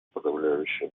подавляющее